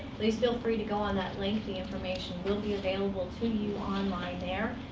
please feel free to go on that link. the information will be available to you online there.